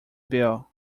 bill